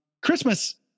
Christmas